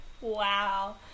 Wow